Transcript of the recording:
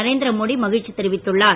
நரேந்திரமோடி மகிழ்ச்சி தெரிவித்துள்ளார்